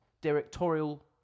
directorial